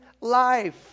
life